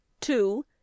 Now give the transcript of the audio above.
two